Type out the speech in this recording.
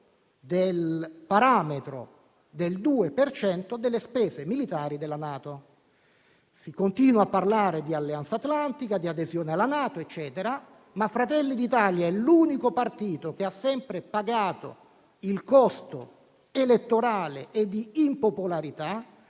del parametro del 2 per cento delle spese militari della NATO: si continua a parlare di Alleanza atlantica e di adesione alla NATO, ma Fratelli d'Italia è l'unico partito che ha sempre pagato il costo elettorale e di impopolarità